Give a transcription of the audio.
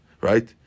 right